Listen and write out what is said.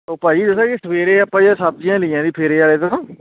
ਉਹ ਭਾਅ ਜੀ ਦੱਸਾਂ ਕੀ ਸਵੇਰੇ ਆਪਾਂ ਜੇ ਸਬਜ਼ੀਆਂ ਲਈਆਂ ਸੀ ਫੇਰੇ ਵਾਲੇ ਤੋਂ